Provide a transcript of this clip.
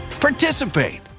participate